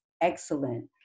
excellent